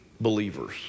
believers